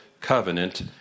covenant